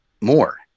more